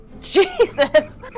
Jesus